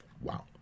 Wow